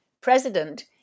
president